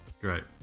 Great